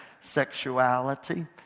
sexuality